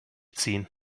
ziehen